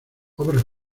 obras